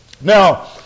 Now